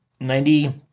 Ninety-